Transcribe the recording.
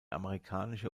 amerikanische